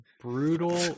brutal